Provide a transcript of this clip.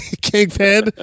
Kingpin